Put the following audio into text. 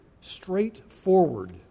straightforward